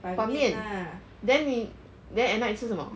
拌面 then 你 at night 吃什么